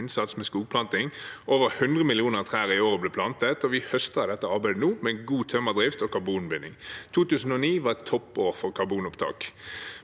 skogplanting – over 100 millioner trær ble plantet i året. Vi høster av dette arbeidet nå med god tømmerdrift og karbonbinding. 2009 var et toppår for karbonopptak.